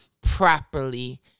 properly